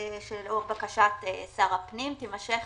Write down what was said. שלאור בקשת שר הפנים תימשך